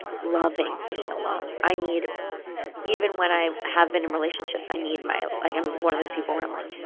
loving being alone. i need even when i have been in relationships, i need my like, i'm one of those people where i'm like,